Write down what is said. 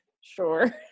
sure